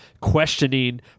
questioning